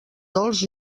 dolç